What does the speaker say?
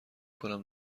کنم